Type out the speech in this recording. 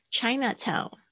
Chinatown